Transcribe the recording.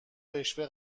رشوه